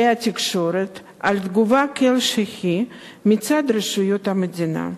התקשורת על תגובה כלשהי מצד רשויות המדינה,